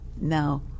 Now